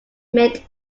mint